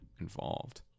involved